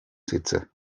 sitze